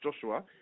Joshua